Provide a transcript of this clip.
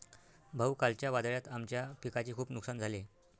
भाऊ, कालच्या वादळात आमच्या पिकाचे खूप नुकसान झाले